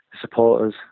supporters